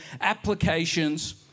applications